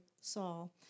Saul